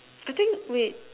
the thing wait